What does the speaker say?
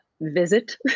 visit